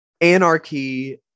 anarchy